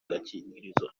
gakingirizo